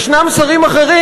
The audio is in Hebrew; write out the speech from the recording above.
ישנם שרים אחרים,